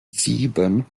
sieben